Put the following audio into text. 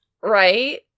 right